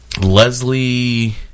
leslie